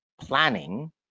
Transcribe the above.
planning